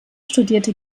studierte